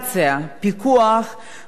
על זיוף משקאות חריפים,